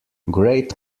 great